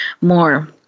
more